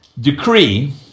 decree